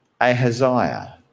Ahaziah